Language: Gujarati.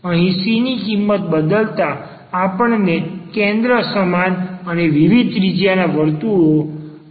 અહી c ની કિંમત બદલતા આપણને કેન્દ્ર સમાન અને વિવિધ ત્રિજ્યાના વિવિધ વર્તુળો મળે છે